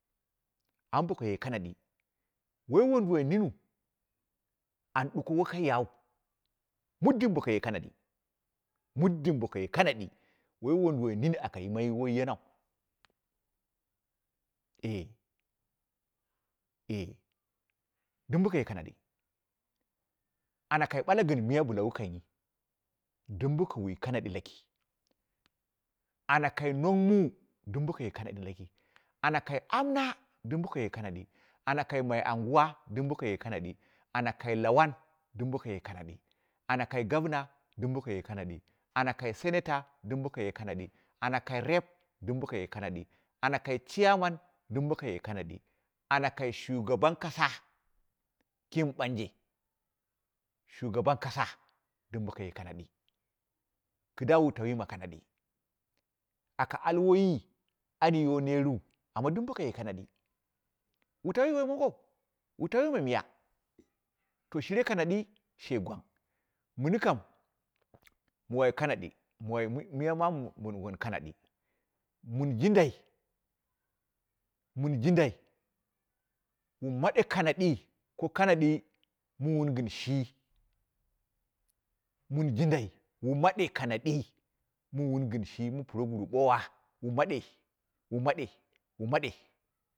Amma bokaye kanadii wai wunduwai niniu an ɗuko wo kai yau muddi bokaye kanadi, muddin bokaye kanadi woi waduwai nene akayimai wai yenku, eh, eh dum bokaye kanadi ana kai bala gɨn miyu bila wu kanyi dim boku wi kanadi laki anu kai nong muu dumbokaye kanali laki, ana kai amnu dum bokaye kanadi, ana ka mai anguwa, dɨm bikaye kanadi, ana kai lawan dim bokaye kanadi, ana kai gomna dwu bokaye kanadi ana kai senata ɗun bokaye kanadi ana ka pen duw bokaye kanadi ana kai chairman dɨm bokaye kanadi, ana kai shugaban kasu him ɓauji, shugaban kasa dɨm bokaye kanadi, kɨda wutauyi ma kanadi, aka al waiyi an yiwo neer wu amma dɨm bokaye kanadi, wutauyi woi mongou, wutauyi ma miya, to shire kanadi she gwang, muni kam mu wai kanadi, mu wai mɨ miya mamo wun kanadi, mɨn jindai, mɨn jindu mu made kanadi, ko kanadi, mɨn gin shi, mɨn jindai mu maɗe kanadii mɨ mun gɨnshi mɨ proguru bowo mu maɗe, mu maɗe, mu maɗe.